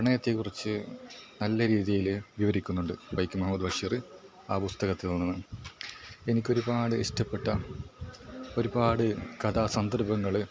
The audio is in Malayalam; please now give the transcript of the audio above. പ്രണയത്തെക്കുറിച്ച് നല്ല രീതിയിൽ വിവരിക്കുന്നുണ്ട് വൈക്കം മുഹമ്മദ് ബഷീർ ആ പുസ്തകത്തിൽ നിന്ന് എനിക്കൊരുപാട് ഇഷ്ടപ്പെട്ട ഒരുപാട് കഥാ സന്ദർഭങ്ങൾ